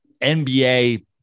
NBA